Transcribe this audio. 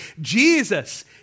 Jesus